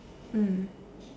mm